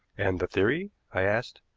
and the theory? i asked.